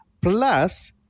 Plus